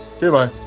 Goodbye